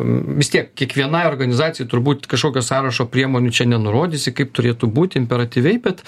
vis tiek kiekvienai organizacijai turbūt kažkokio sąrašo priemonių čia nenurodysi kaip turėtų būti imperatyviai bet